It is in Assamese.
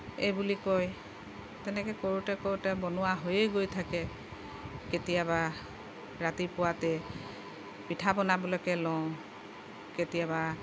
এইবুলি কয় তেনেকৈ কৰোঁতে কৰোঁতে বনোৱা হৈয়ে গৈ থাকে কেতিয়াবা ৰাতিপুৱাতে পিঠা বনাবলৈকে লওঁ কেতিয়াবা